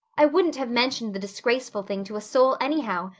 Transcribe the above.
i wouldn't have mentioned the disgraceful thing to a soul anyhow,